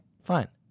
fine